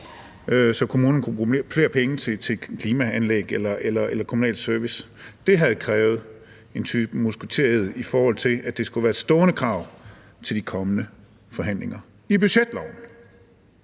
så kommunerne kunne bruge flere penge til klimaanlæg eller kommunal service. Det havde krævet en musketered, hvis det skulle være et stående krav til de kommende forhandlinger i budgetloven.